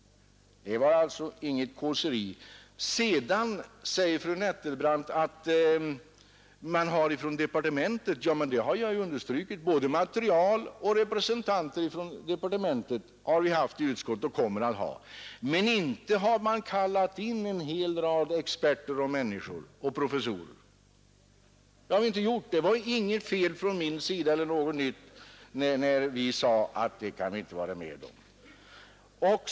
Det var alltså inget kåseri. Så talar fru Nettelbrandt om det här med departementet, men jag har ju understrukit att både material och representanter från departementet har vi haft i utskottet och kommer att ha. Men inte har vi kallat in en hel rad experter och professorer. Det var inget fel från min sida och det var ingenting nytt när jag sade att det kan vi inte vara med om.